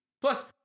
Plus